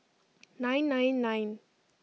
nine nine nine